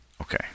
Okay